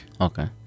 Okay